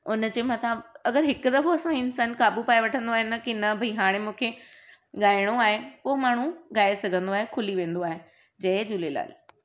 हुनजे मथां अगरि हिक दफ़ो इन्सानु काबू पाए वठंदो आहे न की न भई हाणे मूंखे ॻाइणो आहे उहो माण्हू गाइ सघंदो आहे खुली वेंदो आहे जय झूलेलाल